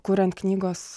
kuriant knygos